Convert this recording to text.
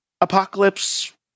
Apocalypse